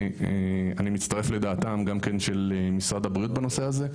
אני מצטרף לדעתם גם כן של משרד הבריאות בנושא הזה.